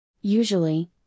Usually